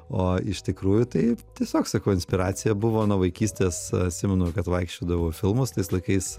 o iš tikrųjų tai tiesiog sakau inspiracija buvo nuo vaikystės atsimenu kad vaikščiodavau į filmus tais laikais